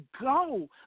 go